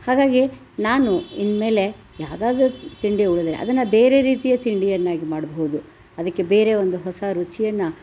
ಹಾಗಾಗಿ ನಾನು ಇನ್ಮೇಲೆ ಯಾವ್ದಾದರೂ ತಿಂಡಿ ಉಳಿದ್ರೆ ಅದನ್ನು ಬೇರೆ ರೀತಿಯ ತಿಂಡಿಯನ್ನಾಗಿ ಮಾಡಬಹ್ದು ಅದಕ್ಕೆ ಬೇರೆ ಒಂದು ಹೊಸ ರುಚಿಯನ್ನು